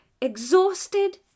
exhausted